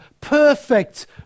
perfect